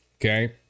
okay